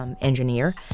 engineer